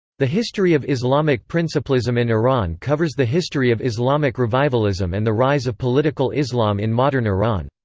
the history of islamic principlism in iran covers the history of islamic revivalism and the rise of political islam in modern iran.